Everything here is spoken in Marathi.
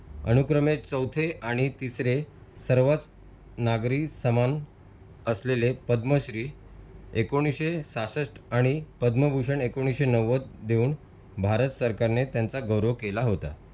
अनुक्रमे चौथे आणि तिसरे सर्वोच्च नागरी सन्मान असलेले पद्मश्री एकोणीसशे सहासष्ट आणि पद्मभूषण एकोणीसशे नव्वद देऊन भारत सरकारने त्यांचा गौरव केला होता